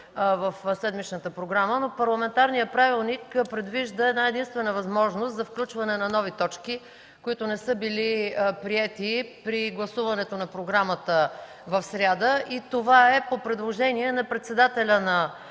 в седмичната програма, но парламентарният правилник предвижда една-единствена възможност за включване на нови точки, които не са били приети при гласуването на програмата в сряда. Това е по предложение на председателя на